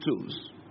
tools